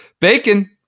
Bacon